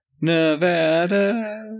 Nevada